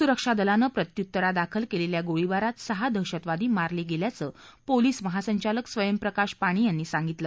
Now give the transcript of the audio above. सुरक्षादलानं प्रत्युत्तरादाखल केलेल्या गोळीबारात सहा दहशतवादी मारले गेल्याचं पोलीस महासंचालक स्वयंप्रकाश पाणी यांनी सांगितलं